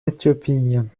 éthiopie